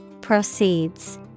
Proceeds